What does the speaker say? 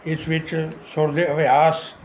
ਇਸ ਵਿੱਚ ਸੁਰ ਦੇ ਅਭਿਆਸ